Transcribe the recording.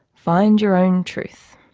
find your own truth.